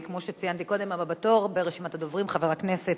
הדובר הבא הוא חבר הכנסת